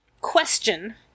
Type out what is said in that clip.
question